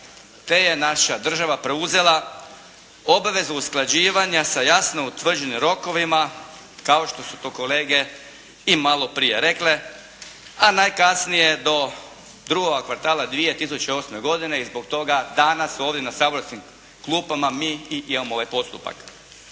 te je naša država preuzela obavezu usklađivanja sa jasno utvrđenim rokovima, kao što su to kolege i maloprije rekle, a najkasnije do drugoga kvartala 2008. godine i zbog toga danas ovdje na saborskim klupama mi i imamo ovaj postupak.